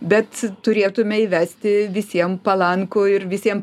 bet turėtume įvesti visiem palankų ir visiem